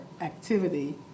activity